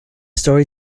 story